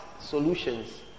solutions